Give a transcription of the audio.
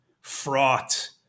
fraught